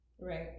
right